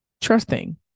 trusting